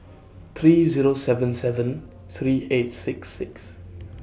three Zero seven seven three eight six six